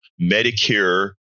Medicare